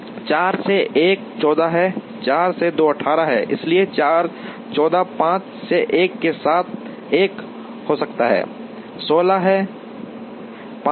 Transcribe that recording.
4 से 1 14 है 4 से 2 18 है इसलिए 4 14 5 से 1 के साथ 1 हो जाता है